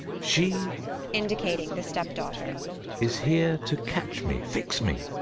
she indicating the step-daughter is here to catch me, fix me,